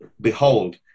Behold